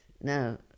Now